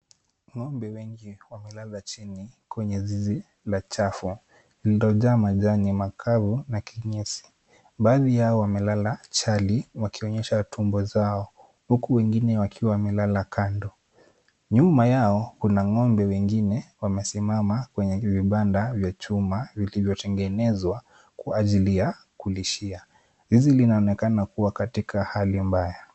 Ng'ombe wengi wamelala kwenye zizi chafu iliyojaa majani makavu na kinyesi. Baadhi yao wamelala chali wakionyesha tumbo zao huku wengine wakiwa wamelala kando. Nyuma yao kuna ng'ombe wengine wamesimama kwenye vibanda vya chuma vilivyotengenezwa kwa ajili ya kulishia. Zizi linaonekana kuwa katika hali mbaya.